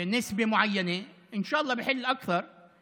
במפעל יישוב הארץ שאתם עסוקים בו.